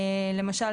למשל,